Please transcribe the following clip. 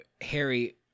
Harry